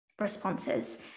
responses